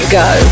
go